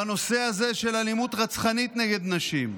בנושא הזה של אלימות רצחנית נגד נשים.